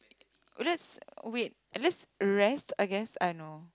oh that's wait oh that's rest I guess I know